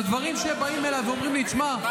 על דברים שבאים אליי ואומרים לי: שמע,